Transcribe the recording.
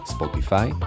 Spotify